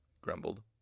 grumbled